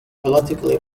politically